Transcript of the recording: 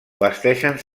vesteixen